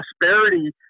prosperity